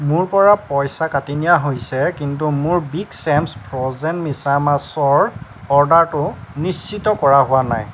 মোৰ পৰা পইচা কাটি নিয়া হৈছে কিন্তু মোৰ বিগ চেম্ছ ফ্ৰ'জেন মিছামাছৰ অৰ্ডাৰটো নিশ্চিত কৰা হোৱা নাই